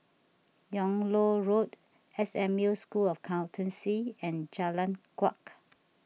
Yung Loh Road S M U School of Accountancy and Jalan Kuak